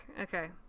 Okay